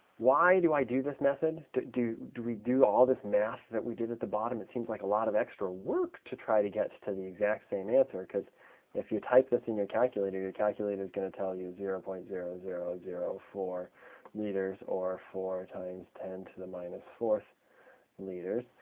why do i do this method? do do we do all this math that we did at the bottom? it seems like a lot of extra work to try to get to the exact same answer, because if you type this in your calculator, your calculator is going to tell you zero point zero zero zero four liters or four times ten to the minus fourth liters.